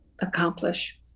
accomplish